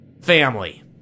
family